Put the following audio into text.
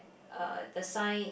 uh the sign